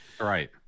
right